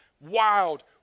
wild